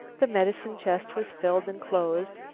the medicine chest was filled and closed,